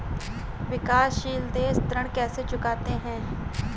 विकाशसील देश ऋण कैसे चुकाते हैं?